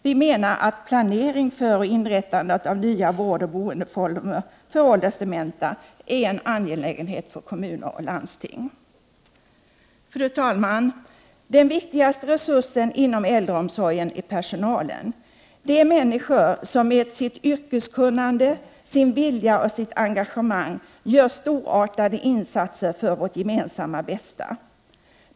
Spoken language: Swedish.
Vi menar att planering för och inrättande av nya vårdoch boendeformer för åldersdementa är en angelägenhet för kommuner och landsting. Fru talman! Den viktigaste resursen inom äldreomsorgen är personalen. Det är människor som med sitt yrkeskunnande, sin vilja och sitt engagemang gör storartade insatser för vårt gemensamma bästa.